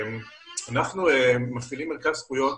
אנחנו מפעילים מרכז זכויות